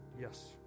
Yes